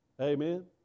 Amen